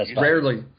Rarely